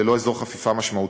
ללא אזור חפיפה משמעותי,